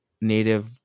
native